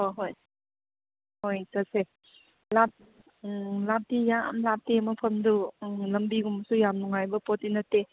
ꯍꯣꯏ ꯍꯣꯏ ꯍꯣꯏ ꯆꯠꯁꯦ ꯎꯝ ꯂꯥꯞꯇꯤ ꯌꯥꯝ ꯂꯥꯞꯄꯤ ꯃꯐꯝꯗꯨ ꯎꯝ ꯂꯝꯕꯤꯒꯨꯝꯕꯁꯨ ꯌꯥꯝ ꯅꯨꯡꯉꯥꯏꯕ ꯄꯣꯠꯇꯤ ꯅꯠꯇꯦ